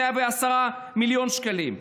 110 מיליון שקלים,